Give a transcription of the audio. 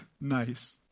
nice